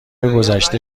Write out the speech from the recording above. گذشته